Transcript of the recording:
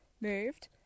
moved